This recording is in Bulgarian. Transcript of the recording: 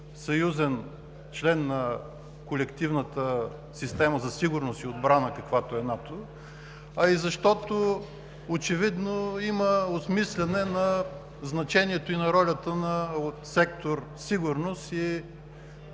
съюзен член на колективната система за сигурност и отбрана, каквато е НАТО, а и защото очевидно има осмисляне на значението и ролята на сектор „Сигурност“ и